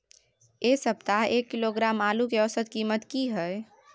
ऐ सप्ताह एक किलोग्राम आलू के औसत कीमत कि हय?